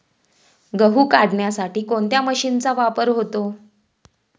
गहू काढण्यासाठी कोणत्या मशीनचा वापर होतो?